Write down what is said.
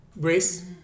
Grace